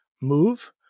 move